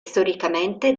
storicamente